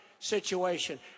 situation